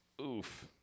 oof